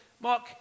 Mark